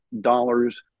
dollars